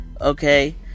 okay